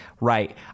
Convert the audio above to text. Right